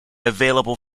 available